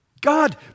God